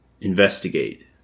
investigate